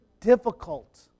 difficult